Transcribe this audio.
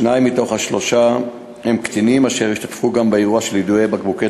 שניים מתוך השלושה הם קטינים אשר השתתפו גם באירוע של יידוי בקבוקי